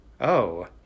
Oh